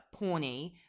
porny